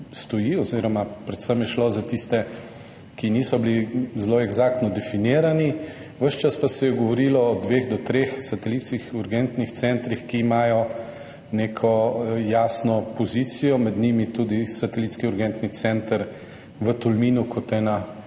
oziroma predvsem je šlo za tiste, ki niso bili zelo eksaktno definirani. Ves čas pa se je govorilo o dveh do treh satelitskih urgentnih centrih, ki imajo neko jasno pozicijo, med njimi tudi satelitski urgentni center v Tolminu kot ena